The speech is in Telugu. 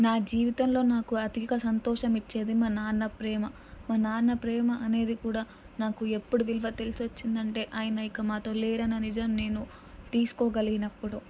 నా జీవితంలో నాకు అధిక సంతోషం ఇచ్చేది మా నాన్న ప్రేమ మా నాన్న ప్రేమ అనేది కూడా నాకు ఎప్పుడు విలువ తెలిసి వచ్చిందంటే ఆయన ఇక మాతో లేరన్న నిజం నేను తీసుకోగలిగినప్పుడు